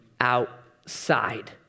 outside